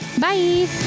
Bye